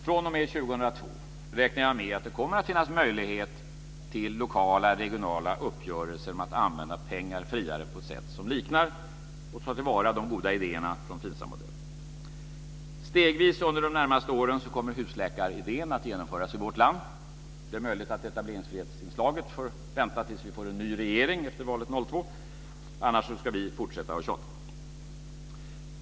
fr.o.m. år 2002 räknar jag med att det kommer att finnas möjlighet till lokala, regionala uppgörelser om att använda pengar friare på ett sätt som liknar, och tar vara på de goda idéerna från, FINSAM-modellen. Stegvis under de närmaste åren kommer husläkaridén att genomföras i vårt land. Det är möjligt att inslaget av etableringsfrihet får vänta tills vi får en ny regering efter valet 2002. Annars ska vi fortsätta att tjata.